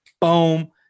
Boom